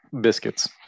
biscuits